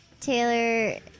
Taylor